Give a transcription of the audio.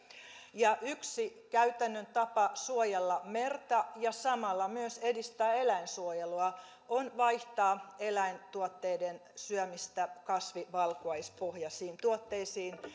ja yksi käytännön tapa suojella merta ja samalla myös edistää eläinsuojelua on vaihtaa eläintuotteiden syömistä kasvivalkuaispohjaisiin tuotteisiin